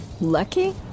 Lucky